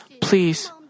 please